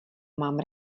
mám